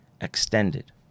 extended